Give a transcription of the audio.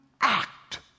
act